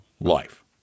life